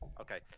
Okay